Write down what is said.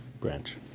branch